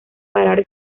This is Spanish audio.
parar